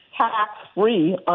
tax-free